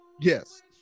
Yes